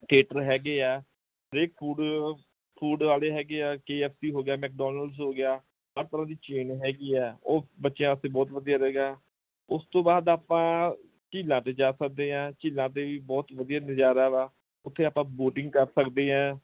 theatre ਹੈਗੇ ਆ ਹਰੇਕ ਫੂਡ ਫੂਡ ਵਾਲੇ ਹੈਗੇ ਆ ਕੇ ਐਫ ਸੀ ਹੋ ਗਿਆ ਮੈਕਡੋਨਲਸ ਹੋ ਗਿਆ ਹਰ ਤਰ੍ਹਾ ਦੀ ਚੇਨ ਹੈਗੀ ਹੈ ਉਹ ਬੱਚਿਆਂ ਵਾਸਤੇ ਬਹੁਤ ਵਧੀਆ ਰਹੇਗਾ ਉਸ ਤੋਂ ਬਾਅਦ ਆਪਾਂ ਝੀਲਾਂ 'ਤੇ ਜਾ ਸਕਦੇ ਹਾਂ ਝੀਲਾਂ 'ਤੇ ਵੀ ਬਹੁਤ ਵਧੀਆ ਨਜ਼ਾਰਾ ਵਾ ਉੱਥੇ ਆਪਾਂ ਵੋਟਿੰਗ ਕਰ ਸਕਦੇ ਹਾਂ